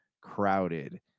crowded